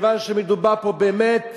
מכיוון שמדובר פה באמת